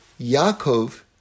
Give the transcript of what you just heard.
Yaakov